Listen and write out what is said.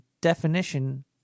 definition